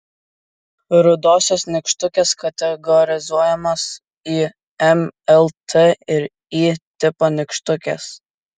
rudosios nykštukės kategorizuojamos į m l t ir y tipo nykštukes